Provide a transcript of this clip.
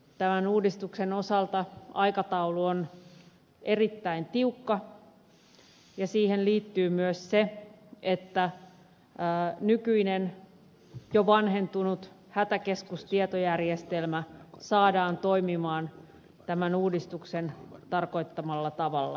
tämän uudistuksen osalta aikataulu on erittäin tiukka ja siihen liittyy myös se että nykyinen jo vanhentunut hätäkeskustietojärjestelmä saadaan toimimaan tämän uudistuksen tarkoittamalla tavalla